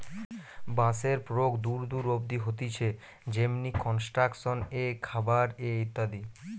বাঁশের প্রয়োগ দূর দূর অব্দি হতিছে যেমনি কনস্ট্রাকশন এ, খাবার এ ইত্যাদি